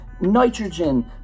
nitrogen